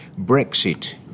Brexit